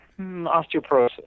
osteoporosis